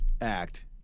act